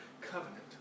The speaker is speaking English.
covenant